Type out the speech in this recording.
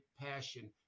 passion